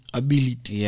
ability